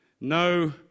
no